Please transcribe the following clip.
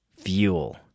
fuel